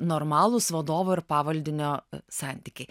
normalūs vadovo ir pavaldinio santykiai